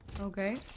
okay